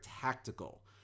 tactical